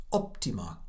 optima